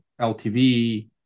LTV